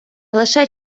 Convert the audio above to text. лише